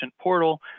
portal